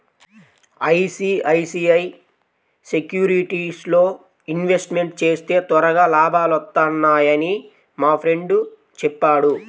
ICICI సెక్యూరిటీస్లో investment చేస్తే త్వరగా లాభాలొత్తన్నయ్యని మా ఫ్రెండు చెప్పాడు